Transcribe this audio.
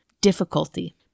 difficulty